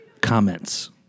comments